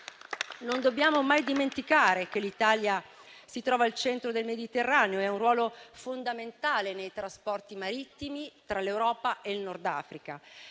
Non dobbiamo mai dimenticare che l'Italia si trova al centro del Mediterraneo e ha un ruolo fondamentale nei trasporti marittimi tra l'Europa e il Nord Africa.